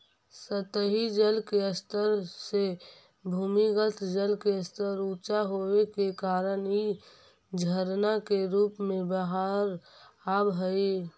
सतही जल के स्तर से भूमिगत जल के स्तर ऊँचा होवे के कारण इ झरना के रूप में बाहर आवऽ हई